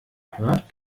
hört